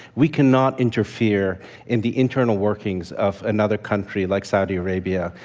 we cannot interfere in the internal workings of another country like saudi arabia.